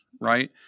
right